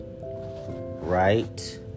right